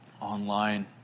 online